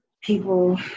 people